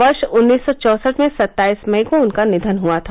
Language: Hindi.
वर्ष उन्नीस सौ चौसठ में सत्ताईस मई को उनका निधन हआ था